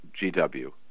GW